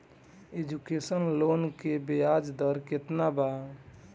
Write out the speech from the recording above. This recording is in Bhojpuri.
एजुकेशन लोन के ब्याज दर केतना बा?